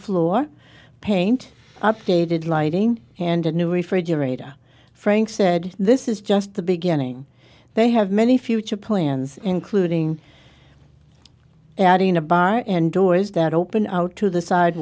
floor paint updated lighting and a new refrigerator frank said this is just the beginning they have many future plans including adding a bar and doors that open out to the side